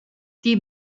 die